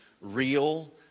real